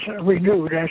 renewed